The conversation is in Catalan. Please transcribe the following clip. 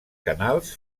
canals